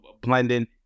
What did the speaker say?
blending